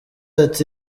ati